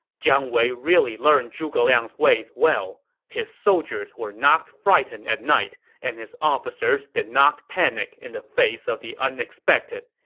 jiang wei really learned zhuge liang's ways well! his soldiers were not frightened at night, and his officers did not panic in the face of the unexpected.